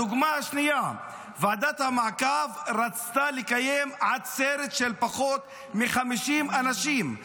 הדוגמה השנייה: ועדת המעקב רצתה לקיים עצרת של פחות מ-50 אנשים,